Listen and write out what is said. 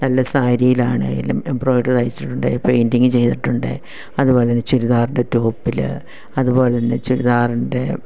നല്ല സാരിയിലാണെങ്കിലും എംബ്രയ്ഡറി തയ്ച്ചിട്ടുണ്ട് പെയിൻറ്റിങ്ങ് ചെയ്തിട്ടുണ്ട് അതുപോലെ തന്നെ ചുരിദാറിൻ്റെ ടോപ്പിൽ അതുപോലെതന്നെ ചുരിദാറിൻ്റെ